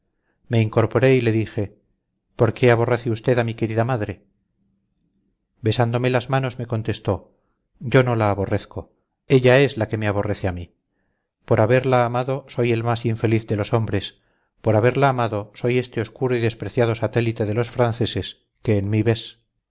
me incorporé y le dije por qué aborrece usted a mi querida madre besándome las manos me contestó yo no la aborrezco ella es la que me aborrece a mí por haberla amado soy el más infeliz de los hombres por haberla amado soy este oscuro y despreciado satélite de los franceses que en mí ves